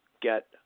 get